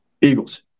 Eagles